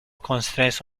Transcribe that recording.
constraints